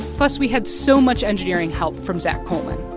plus, we had so much engineering help from zach coleman.